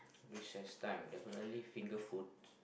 recess time definitely finger food